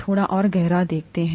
थोड़ा और गहरा खोदते हैं